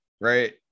right